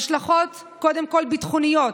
ההשלכות קודם כול ביטחוניות: